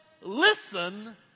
listen